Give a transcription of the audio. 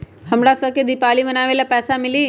हमरा शव के दिवाली मनावेला पैसा मिली?